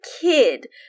kid